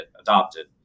adopted